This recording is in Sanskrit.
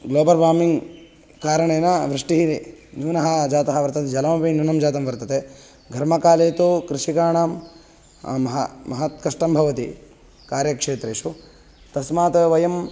ग्लोबर् वार्मिङ्ग् कारणेन वृष्टिः न्यूना जाता वर्तते जलमपि न्यूनं जातं वर्तते घर्मकाले तु कृषिकाणां मह महत् कष्टं भवति कार्यक्षेत्रेषु तस्मात् वयं